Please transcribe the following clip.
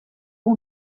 uno